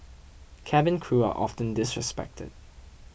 cabin crew are often disrespected